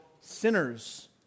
sinners